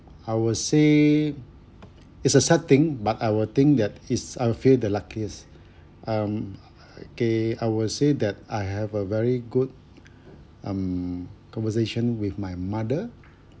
I will say it's a sad thing but I will think that is I feel the luckiest um okay I will say that I have a very good um conversation with my mother